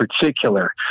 particular